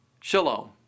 Shalom